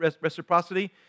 Reciprocity